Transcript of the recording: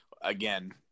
again